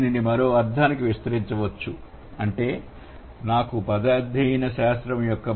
దీనిని మరో అర్థానికి విస్తరించవచ్చు అంటే నాకు పద అధ్యయన శాస్త్రము యొక్క